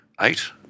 eight